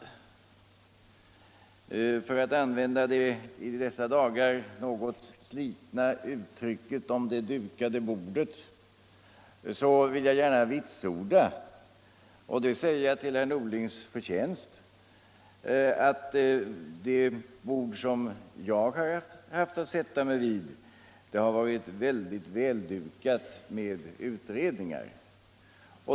För att använda det i dessa dagar något slitna uttrycket om det dukade bordet vill jag gärna vitsorda — och det säger jag till herr Norlings förtjänst — att det bord som jag har haft att sätta mig vid har varit mycket väldukat med utredningar.